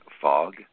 fog